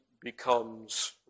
becomes